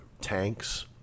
tanks